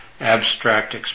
abstract